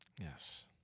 Yes